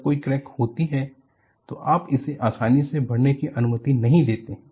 जब कोई क्रैक होती है तो आप इसे आसानी से बढ़ने की अनुमति नहीं देते हैं